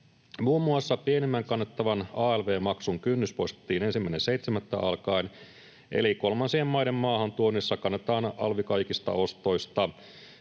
Muun muassa pienimmän kannettavan alv-maksun kynnys poistettiin 1.7. alkaen, eli kolmansien maiden maahantuonnissa kannetaan alvi kaikista ostoista.